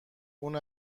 اون